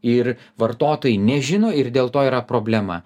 ir vartotojai nežino ir dėl to yra problema